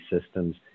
systems